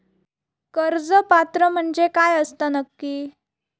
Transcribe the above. कर्ज पात्र म्हणजे काय असता नक्की?